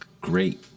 great